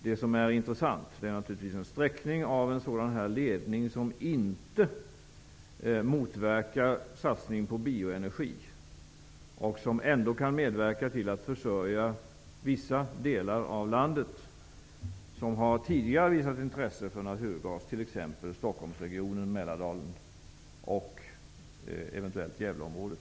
Det som är intressant är en sträckning av en ledning som inte motverkar en satsning på bioenergi, och som kan medverka till att försörja vissa delar av landet som tidigare visat intresse för naturgas, exempelvis Stockholmsregionen, Mälardalen och eventuellt Gävleområdet.